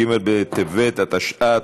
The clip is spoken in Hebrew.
ג' בטבת התשע"ט,